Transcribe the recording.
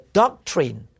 doctrine